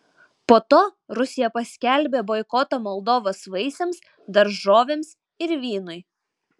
po to rusija paskelbė boikotą moldovos vaisiams daržovėms ir vynui